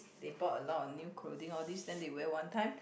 they bought a lot of new clothing all these then they wear one time